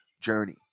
journey